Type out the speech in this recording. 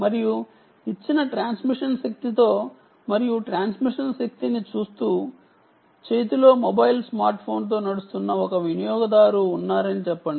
మరియు ఇచ్చిన ట్రాన్స్మిషన్ శక్తితో మరియు ట్రాన్స్మిషన్ శక్తిని చూస్తూ చేతిలో మొబైల్ స్మార్ట్ ఫోన్తో నడుస్తున్న ఒక వినియోగదారుడు ఉన్నారని అనుకుందాం